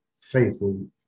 faithful